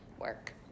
work